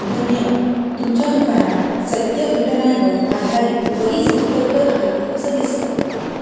धन्यवाद तुमच्या दुकानात सत्य घटनांवर आधारित बरीच पुस्तकं आहेत असं दिसतं